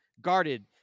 guarded